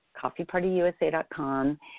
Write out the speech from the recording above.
coffeepartyusa.com